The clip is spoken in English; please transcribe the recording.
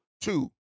two